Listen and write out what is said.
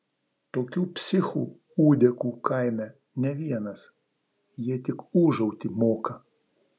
tokių psichų ūdekų kaime ne vienas jie tik ūžauti moka